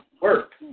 work